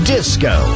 Disco